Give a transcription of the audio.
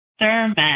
sermon